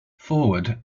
forward